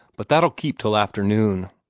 but that'll keep till afternoon.